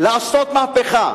לעשות מהפכה.